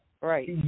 Right